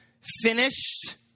finished